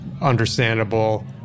understandable